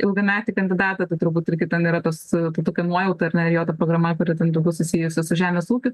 ilgametį kandidatą tai turbūt irgi ten yra tas tai tokia nuojauta ar ne ir jo ta programa kuri ten daugiau susijusi su žemės ūkiu